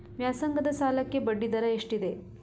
ವ್ಯಾಸಂಗದ ಸಾಲಕ್ಕೆ ಬಡ್ಡಿ ದರ ಎಷ್ಟಿದೆ?